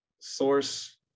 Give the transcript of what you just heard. source